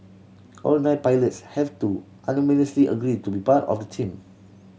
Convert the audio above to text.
all nine pilots have to unanimously agree to be part of the team